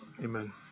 Amen